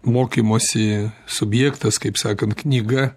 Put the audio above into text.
mokymosi subjektas kaip sakant knyga